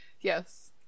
Yes